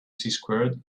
squared